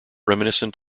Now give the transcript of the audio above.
reminiscent